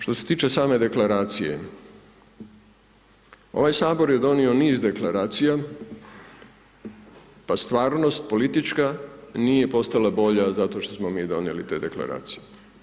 Što se tiče same deklaracije, ovaj Sabor je donio niz deklaracija, pa stvarnost politička nije postala bolja zato što smo mi donijeli te deklaracije.